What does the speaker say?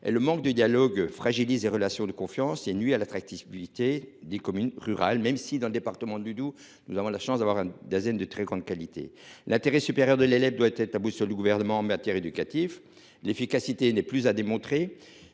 Le manque de dialogue fragilise les relations de confiance et nuit à l’attractivité des communes rurales, même si le département du Doubs a la chance d’avoir un Dasen de très grande qualité. L’intérêt supérieur de l’élève doit être la boussole du Gouvernement en matière éducative. L’efficacité des observatoires